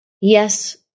Yes